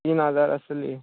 तीन हजार आसतोली